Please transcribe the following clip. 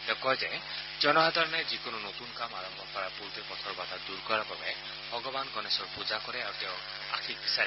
তেওঁ কয় যে জনসাধাৰণে যিকোনো নতুন কাম আৰম্ভ কৰাৰ পূৰ্বে পথৰ বাধা দূৰ কৰাৰ বাবে ভগৱান গণেশৰ পূজা কৰে আৰু তেওঁৰ আশিস বিচাৰে